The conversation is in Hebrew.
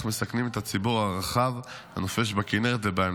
מסכנים את הציבור הרחב הנופש בכנרת ובים,